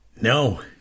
No